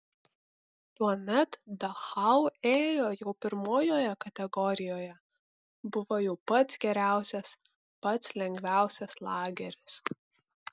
tuomet dachau ėjo jau pirmojoje kategorijoje buvo jau pats geriausias pats lengviausias lageris